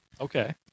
Okay